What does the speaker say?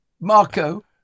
Marco